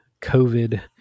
COVID